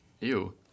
Ew